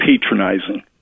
patronizing